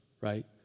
right